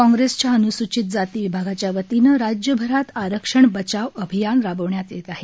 काँग्रेसच्या अन्सूचित जाती विभागाच्या वतीनं राज्यभरात आरक्षण बचाव अभियान राबवण्यात येत आहे